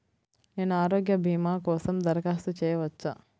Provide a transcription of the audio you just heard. నేను ఆరోగ్య భీమా కోసం దరఖాస్తు చేయవచ్చా?